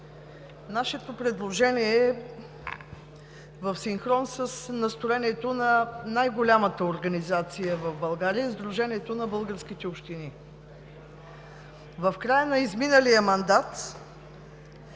Нашето предложение е в синхрон с настроението на най голямата организация в България – Сдружението на българските общини. В края на изминалия мандат